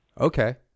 Okay